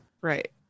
Right